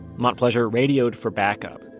montplaisir radioed for backup.